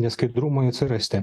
neskaidrumui atsirasti